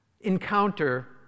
encounter